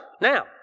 Now